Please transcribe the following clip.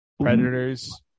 Predators